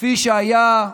כפי שהיה,